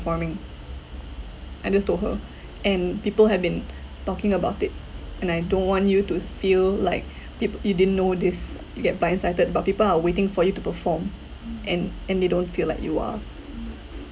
performing I just told her and people have been talking about it and I don't want you to feel like peop~ you didn't know this you get by incited but people are waiting for you to perform and and they don't feel like you are